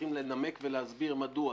צריכים לנמק ולהסביר מדוע